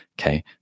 Okay